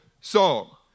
song